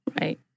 Right